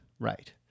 Right